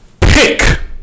pick